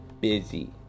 busy